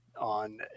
on